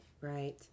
Right